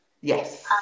yes